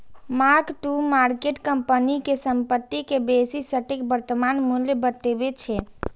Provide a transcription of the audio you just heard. mark to market company के संपत्ति के बेसी सटीक वर्तमान मूल्य बतबै छै